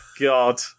god